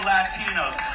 Latinos